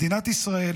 מדינת ישראל